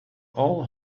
all